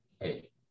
hey